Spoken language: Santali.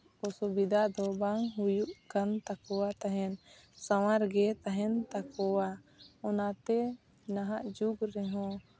ᱚᱥᱩᱵᱤᱫᱟ ᱫᱚ ᱵᱟᱝ ᱦᱩᱭᱩᱜ ᱠᱟᱱ ᱛᱟᱠᱚᱣᱟ ᱛᱟᱦᱮᱸᱫ ᱥᱟᱶᱟᱨ ᱜᱮ ᱛᱟᱦᱮᱱ ᱛᱟᱠᱚᱣᱟ ᱚᱱᱟᱛᱮ ᱱᱟᱦᱟᱜ ᱡᱩᱜᱽ ᱨᱮᱦᱚᱸ